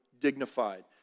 dignified